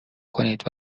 کنید